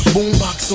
Boombox